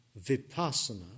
vipassana